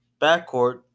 backcourt